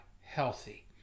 healthy